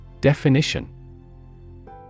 Definition